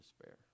despair